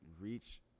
reach